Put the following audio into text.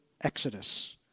Exodus